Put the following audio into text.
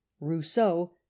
Rousseau